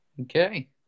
Okay